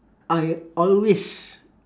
I always